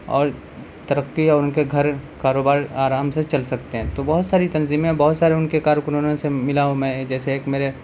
اور ترقی اور ان کے گھر کاروبار آرام سے چل سکتے ہیں تو بہت ساری تنظیمیں ہیں بہت سارے ان کے کارکنونوں سے ملا ہوں میں جیسے ایک میرے